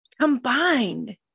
combined